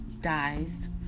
dies